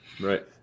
right